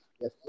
Yes